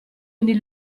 ogni